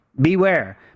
beware